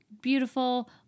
beautiful